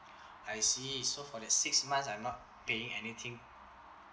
I see so for that six months I'm not paying anything